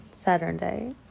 Saturday